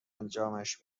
انجامش